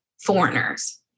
foreigners